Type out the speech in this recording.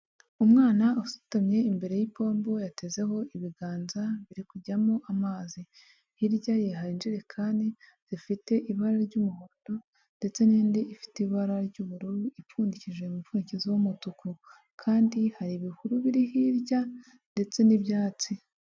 Umwana usutamye imbere y'ipombo yatezeho ibiganza biri kujyamo amazi. Hirya ye hari injerekani zifite ibara ry'umuhondo ndetse n'indi ifite ibara ry'ubururu, ipfundikije umupfundikizo w'umutuku. Kandi hari ibihuru biri hirya ndetse n'ibyatsi.